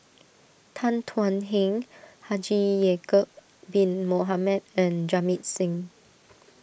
Tan Thuan Heng Haji Ya'Acob Bin Mohamed and Jamit Singh